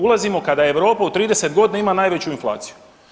Ulazimo kada Europa u 30 godina ima najveću inflaciju.